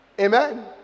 amen